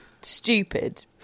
stupid